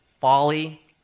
folly